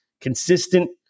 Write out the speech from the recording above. consistent